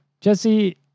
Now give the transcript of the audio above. Jesse